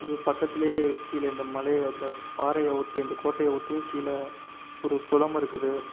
இது பக்கத்திலே கீழே இந்த மலையை இந்த பாறையை ஒட்டி இந்த கோட்டையை ஒட்டியே கீழே ஒரு குளம் இருக்குது